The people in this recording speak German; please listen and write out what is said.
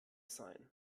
sein